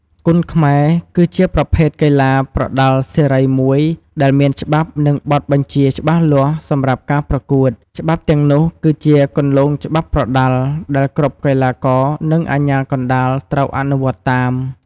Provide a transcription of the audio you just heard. គុនខ្មែរ គឺជាប្រភេទកីឡាប្រដាល់សេរីមួយ ដែលមាន ច្បាប់ និងបទបញ្ជាច្បាស់លាស់ សម្រាប់ការប្រកួត ច្បាប់ទាំងនោះ គឺជា "គន្លងច្បាប់ប្រដាល់" ដែលគ្រប់កីឡាករ និងអាជ្ញាកណ្ដាលត្រូវអនុវត្តតាម។